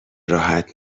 راحت